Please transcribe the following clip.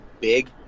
big